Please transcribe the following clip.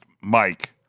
Mike